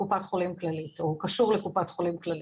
קופת חולים כללית או קשור לקופת חולים כללית,